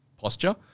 posture